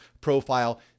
profile